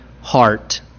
heart